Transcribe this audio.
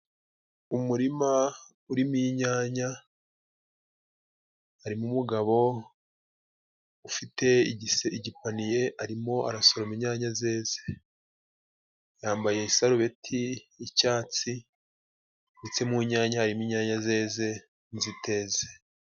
Umurima urimo inyanya harimo umugabo ufite igipaniye ,arimo arasoroma inyanya zeze . Yambaye isarubeti y'icyatsi ndetse mu nyanya harimo inyanya zeze n'iziteze.